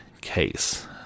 Case